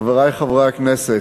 חברי חברי הכנסת,